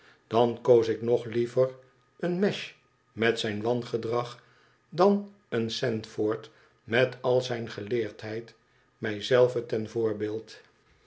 dan koos ik nog liever een mash met zijn wangedrag dan een sandford met al zijn geleerdheid mij zelven ten voorbeeld